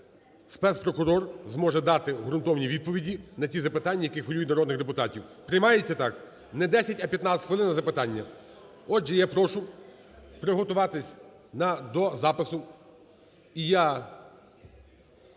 спецпрокурор зможе дати ґрунтовні відповіді на ці запитання, які хвилюють народних депутатів. Приймається так: не 10, а 15 хвилин на запитання? Отже, я прошу приготуватись до запису.